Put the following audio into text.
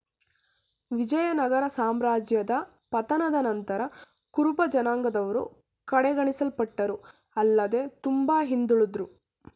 ವಿಜಯನಗರ ಸಾಮ್ರಾಜ್ಯದ ಪತನದ ನಂತರ ಕುರುಬಜನಾಂಗದವರು ಕಡೆಗಣಿಸಲ್ಪಟ್ಟರು ಆಲ್ಲದೆ ತುಂಬಾ ಹಿಂದುಳುದ್ರು